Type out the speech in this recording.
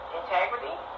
integrity